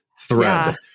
thread